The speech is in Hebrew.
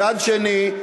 מצד שני,